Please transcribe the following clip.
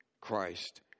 Christ